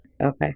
Okay